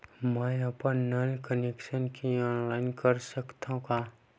मैं अपन नल कनेक्शन के ऑनलाइन कर सकथव का?